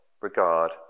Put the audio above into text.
regard